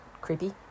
creepy